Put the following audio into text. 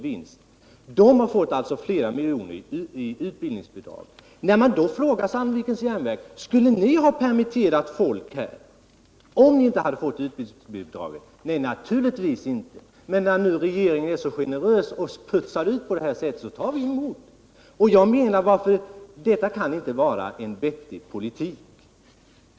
Detta företag har alltså fått flera miljoner i utbildningsbidrag. När man frågar Sandvikens järnverk om företaget skulle ha permitterat folk om det inte hade fått något utbildningsbidrag, så blir svaret: Nej, naturligtvis inte, men när nu regeringen är så generös och pytsar ut pengar på det här sättet, så tar vi förstås emot. Detta ka: ute vara en vettig politik.